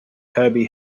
herbie